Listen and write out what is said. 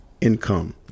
income